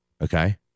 Okay